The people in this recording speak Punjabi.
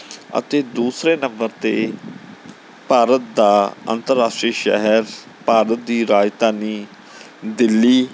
ਅਤੇ ਦੂਸਰੇ ਨੰਬਰ 'ਤੇ ਭਾਰਤ ਦਾ ਅੰਤਰਰਾਸ਼ਟਰੀ ਸ਼ਹਿਰ ਭਾਰਤ ਦੀ ਰਾਜਧਾਨੀ ਦਿੱਲੀ